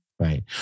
Right